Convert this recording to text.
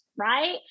right